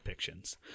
depictions